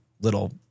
little